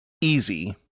easy